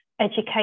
education